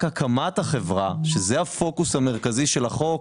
הקמת החברה שזה הפוקוס המרכזי של החוק,